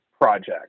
project